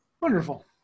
wonderful